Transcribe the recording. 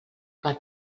per